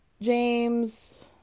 James